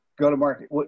go-to-market